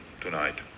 tonight